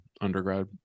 undergrad